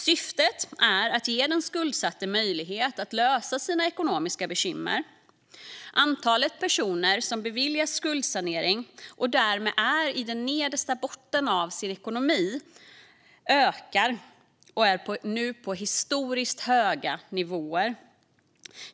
Syftet är att ge den skuldsatte möjlighet att lösa sina ekonomiska bekymmer. Antalet personer som beviljas skuldsanering och som därmed är på den nedersta botten när det gäller ekonomin ökar - det är nu historiskt höga nivåer.